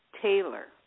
Taylor